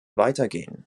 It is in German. weitergehen